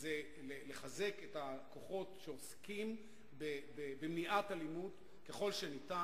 לחזק את הכוחות שעוסקים במניעת אלימות ככל שניתן,